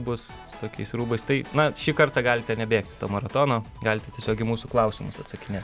bus su tokiais rūbais tai na šį kartą galite nebėgt maratono galite tiesiog į mūsų klausimus atsakinėt